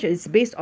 ya